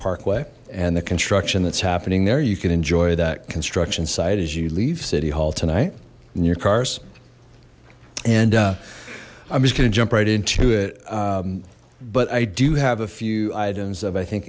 parkway and the construction that's happening there you can enjoy that construction site as you leave city hall tonight in your cars and i'm just gonna jump right into it but i do have a few items of i think